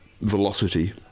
Velocity